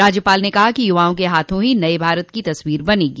राज्यपाल ने कहा कि युवाओं के हाथों ही नये भारत की तस्वीर बनेगी